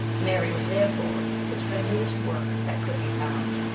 mary was, therefore, put to the meanest work that could be found,